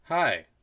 Hi